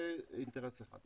זה אינטרס אחד.